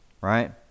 right